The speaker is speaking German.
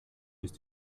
ist